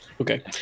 okay